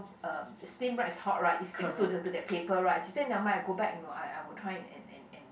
uh steam right it's hot right it sticks to the to that paper right she say never mind I go back you know I will try and and and